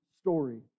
story